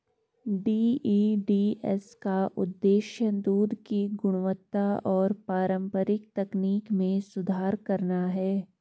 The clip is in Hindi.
डी.ई.डी.एस का उद्देश्य दूध की गुणवत्ता और पारंपरिक तकनीक में सुधार करना है